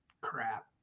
crap